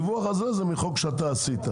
דווחו לנו רק על העניין הספציפי הזה.